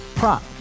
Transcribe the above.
Prop